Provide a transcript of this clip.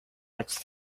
much